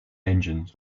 engines